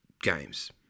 games